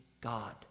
God